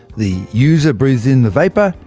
the user breathes in the vapour,